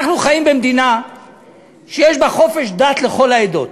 אנחנו חיים במדינה שיש בה חופש דת לכל העדות.